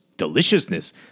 Deliciousness